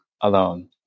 alone